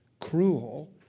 Cruel